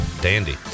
dandy